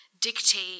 dictate